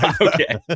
Okay